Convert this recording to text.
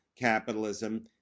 capitalism